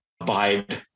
abide